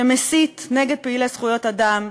שמסית נגד פעילי זכויות אדם,